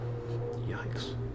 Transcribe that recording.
yikes